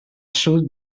sud